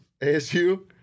ASU